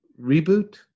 reboot